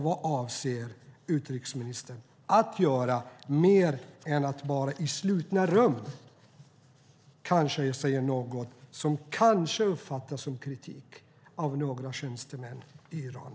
Vad avser utrikesministern att göra mer än att i slutna rum kanske säga något som möjligen uppfattas som kritik av några tjänstemän i Iran?